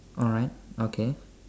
alright okay